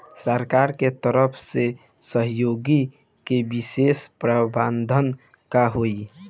सरकार के तरफ से सहयोग के विशेष प्रावधान का हई?